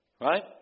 right